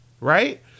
right